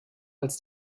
als